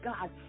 God